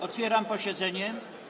Otwieram posiedzenie.